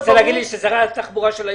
אני